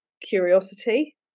curiosity